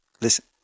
listen